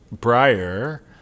Briar